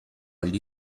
gli